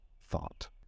thought